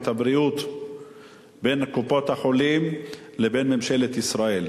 הבריאות בין קופות-החולים לבין ממשלת ישראל.